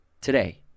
today